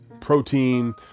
protein